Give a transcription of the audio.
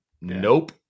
Nope